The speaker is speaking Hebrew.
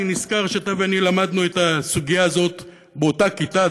אני נזכר שאתה ואני למדנו את הסוגיה הזאת באותה כיתה,